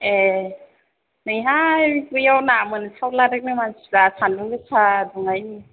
ए नैहाय बैयाव ना मोनसावलादोंनो मानसिफ्रा सान्दुं गोसा दुंनायनि